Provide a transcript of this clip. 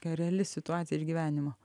tokia reali situacija ir gyvenimo